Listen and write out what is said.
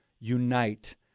unite